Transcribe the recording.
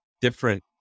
different